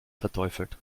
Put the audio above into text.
verteufelt